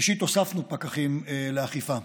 ראשית, הוספנו פקחים לאכיפה,